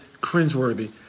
cringeworthy